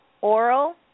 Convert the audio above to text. oral